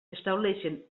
estableixen